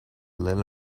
little